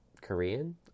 Korean